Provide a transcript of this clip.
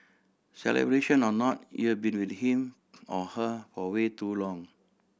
celebration or not you've been with him or her for way too long